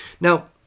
Now